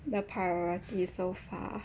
the priority so far